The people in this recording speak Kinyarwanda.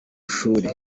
ishuri